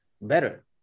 better